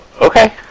okay